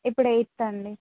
ఇప్పుడు ఎయిత్ అండి